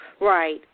Right